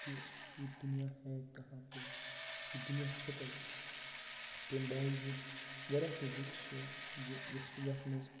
کہِ یہِ دُنیا ہے کَہاں پے یہِ دُنیا چھِ کَتہِ تیٚمہِ باوجوٗد واریاہ کینٛہہ بُکٕس چھِ زِ یِتھ یَتھ منٛز